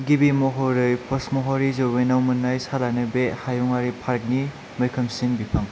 गिबि महरै पचमरहि जौयेनाव मोननायनि सालानो बे हायुङारि पार्कनि मैखोमसिन बिफां